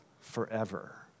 forever